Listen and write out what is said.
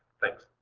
thanks.